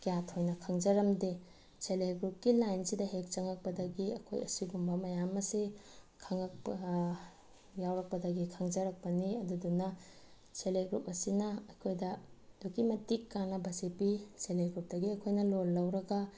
ꯀꯌꯥ ꯊꯣꯏꯅ ꯈꯪꯖꯔꯝꯗꯦ ꯁꯦꯜꯐ ꯍꯦꯜꯞ ꯒ꯭ꯔꯨꯞꯀꯤ ꯂꯥꯏꯟꯁꯤꯗ ꯍꯦꯛ ꯆꯪꯉꯛꯄꯗꯒꯤ ꯑꯩꯈꯣꯏ ꯑꯁꯤꯒꯨꯝꯕ ꯃꯌꯥꯝ ꯑꯁꯤ ꯈꯪꯉꯛꯄ ꯌꯥꯎꯔꯛꯄꯗꯒꯤ ꯈꯪꯖꯔꯛꯄꯅꯤ ꯑꯗꯨꯗꯨꯅ ꯁꯦꯜꯐ ꯍꯦꯜꯞ ꯒ꯭ꯔꯨꯞ ꯑꯁꯤꯅ ꯑꯩꯈꯣꯏꯗ ꯑꯗꯨꯛꯀꯤ ꯃꯇꯤꯛ ꯀꯥꯟꯅꯕꯁꯦ ꯄꯤ ꯁꯦꯜꯐ ꯍꯦꯜꯞ ꯒ꯭ꯔꯨꯞꯇꯒꯤ ꯑꯩꯈꯣꯏꯅ ꯂꯣꯟ ꯂꯧꯔꯒ